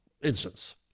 instance